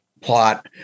plot